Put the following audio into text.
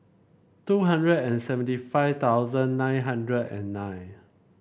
two hundred seventy five thousand nine hundred and nine